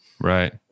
Right